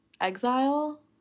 Exile